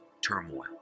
turmoil